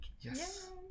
Yes